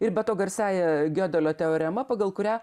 ir be to garsiąja giodelio teorema pagal kurią